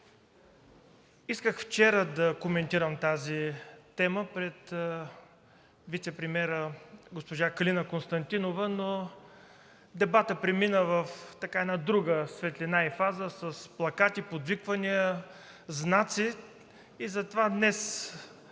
Исках вчера да коментирам тази тема пред вицепремиера госпожа Калина Константинова, но дебатът премина в една друга светлина и фаза – с плакати, подвиквания, знаци. Затова днес